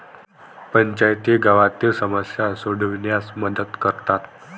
पंचायती गावातील समस्या सोडविण्यास मदत करतात